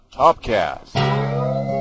TopCast